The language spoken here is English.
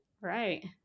right